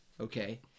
okay